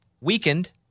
weakened